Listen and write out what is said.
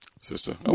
Sister